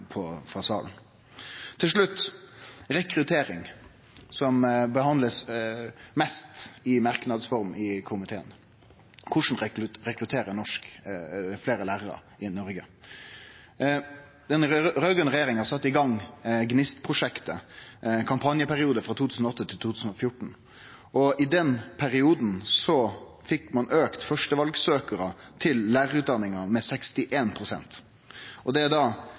Til slutt til rekruttering, som blir behandla mest i merknads form frå komiteen. Korleis rekruttere fleire lærarar i Noreg? Den raud-grøne regjeringa sette i gang GNIST-prosjektet, med ein kampanjeperiode frå 2008 til 2014. I den perioden fekk ein auka førstevalssøkjarar til lærarutdanninga med